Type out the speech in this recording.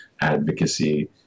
advocacy